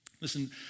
Listen